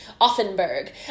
Offenberg